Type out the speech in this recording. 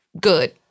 good